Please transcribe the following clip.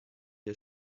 wir